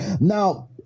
Now